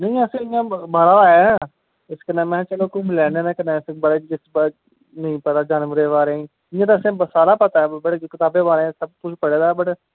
नेंई अस इयां बाह्रा दा आए हां ते इस गल्ल महां कन्नैं घूमीं लैन्नें आं कन्नैं बाईल्ड नेंई पता जानवरें दे बारे च इयां असेंगी सारा पता ऐ कताबें दे बेरे च तुसें पता ते ऐ बय